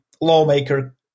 lawmaker